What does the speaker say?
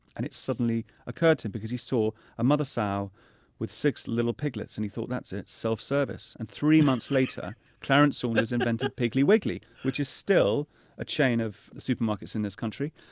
and it suddenly occurred to him when he saw a mother sow with six little piglets. and he thought, that's it, self-service. and three months later clarence saunders invented piggly wiggly, which is still a chain of supermarkets in this country.